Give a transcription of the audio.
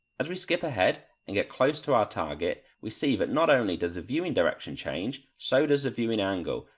as we skip ahead and get close to our target, we see that not only does the viewing direction change, so does the viewing angle,